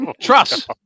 trust